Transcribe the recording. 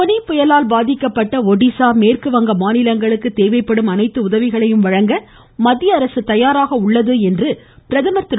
போனி புயலால் பாதிக்கப்பட்ட ஒடிசா மேற்குவங்க மாநிலங்களுக்கு தேவைப்படும் அனைத்து உதவிகளையும் வழங்க மத்திய அரசு தயாராக உள்ளதாக பிரதமர் திரு